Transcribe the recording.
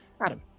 Adam